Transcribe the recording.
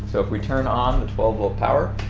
so if we turn on the twelve volt power